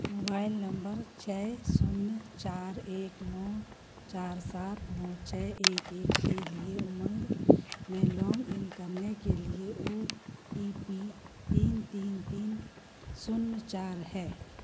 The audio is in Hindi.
मोबाइल नंबर छः शून्य चार एक नौ चार सात नौ छः एक एक के लिए उमंग में लॉन्ग इन करने के लिए ओ टी पी तीन तीन तीन शून्य चार है